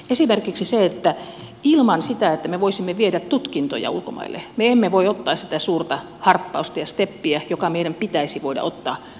esimerkiksi se että ilman sitä että me voisimme viedä tutkintoja ulkomaille me emme voi ottaa sitä suurta harppausta ja steppiä joka meidän pitäisi voida ottaa